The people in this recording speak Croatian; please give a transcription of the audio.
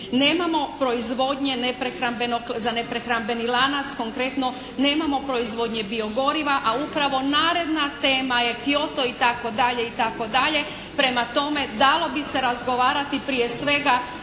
Nemamo proizvodnje za neprehrambeni lanac, konkretno nemamo proizvodnje bio goriva a upravo naredna tema je Kyoto itd. itd. Prema tome dalo bi se razgovarati prije svega